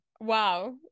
Wow